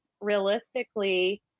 realistically